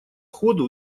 ходу